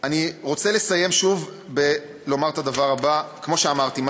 אני רוצה לסיים ושוב לומר את הדבר הבא: כמו שאמרתי,